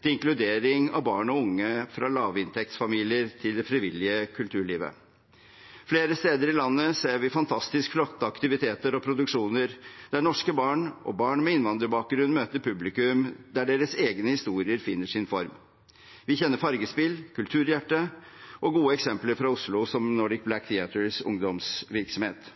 til inkludering av barn og unge fra lavinntektsfamilier til det frivillige kulturlivet. Flere steder i landet ser vi fantastisk flotte aktiviteter og produksjoner der norske barn og barn med innvandrerbakgrunn møter publikum, der deres egne historier finner sin form. Vi kjenner Fargespill, Kulturhjertet og gode eksempler fra Oslo, som Nordic Black Theatres ungdomsvirksomhet.